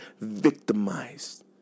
victimized